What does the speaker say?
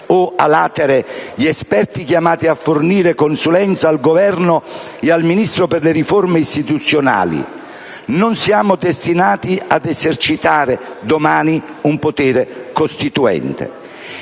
o *a latere* gli esperti chiamati a fornire consulenza al Governo e al Ministro per le riforme istituzionali, non siamo destinati ad esercitare domani un potere costituente.